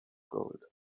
gold